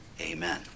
Amen